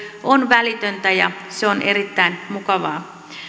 on välitöntä ja se on erittäin mukavaa